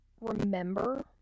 remember